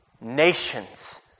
nations